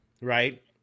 right